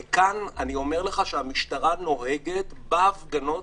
וכאן, אני אומר לך שהמשטרה נוהגת בהפגנות